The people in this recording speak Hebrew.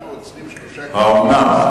למה עוצרים שלושה קטינים, האומנם?